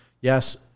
Yes